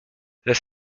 this